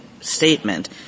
statement